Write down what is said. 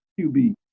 QB